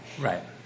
Right